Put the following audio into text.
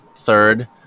third